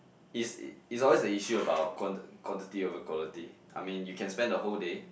it's it's always the issue about quanti~ quantity over quality I mean you can spend the whole day